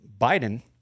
Biden